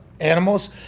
animals